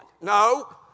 no